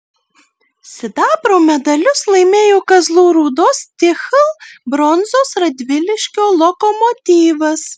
sidabro medalius laimėjo kazlų rūdos stihl bronzos radviliškio lokomotyvas